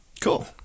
Cool